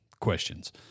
questions